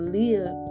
live